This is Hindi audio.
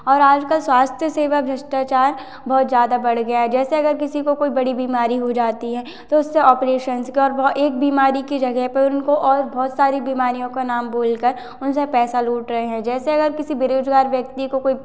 और आजकल स्वास्थ्य सेवा भ्रष्टाचार बहुत ज़्यादा बढ़ गया है जैसे अगर किसी को कोई बड़ी बीमारी हो जाती है तो उससे ऑपरेशन कर वह एक बीमारी के जगह पर उनको और बहुत सारी बीमारियों का नाम बोल कर उनसे पैसा लूट रहे हैं जैसे अगर किसी बेरोज़गार व्यक्ति को कोई